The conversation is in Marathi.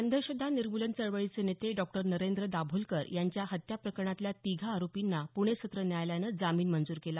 अंधश्रद्धा निर्मूलन चळवळीचे नेते डॉक्टर नरेंद्र दाभोलकर यांच्या हत्या प्रकरणातल्या तिघा आरोपींना पुणे सत्र न्यायालयानं जामीन मंजूर केला